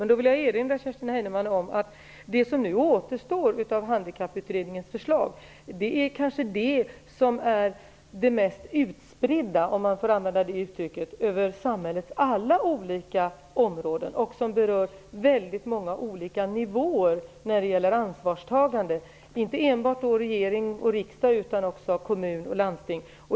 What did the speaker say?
Jag vill erinra Kerstin Heinemann om att det som nu återstår av Handikapputredningens förslag är det som kanske är det mest utspridda, om jag får använda det uttrycket, över samhällets alla olika områden och som berör väldigt många olika nivåer när det gäller ansvarstagande. Det är inte enbart fråga om regering och riksdag utan också kommuner och landsting.